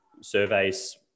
surveys